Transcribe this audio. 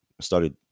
started